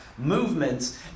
Movements